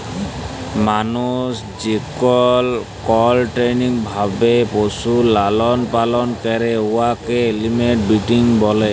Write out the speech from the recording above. মালুস যেকল কলট্রোল্ড ভাবে পশুর লালল পালল ক্যরে উয়াকে এলিম্যাল ব্রিডিং ব্যলে